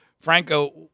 Franco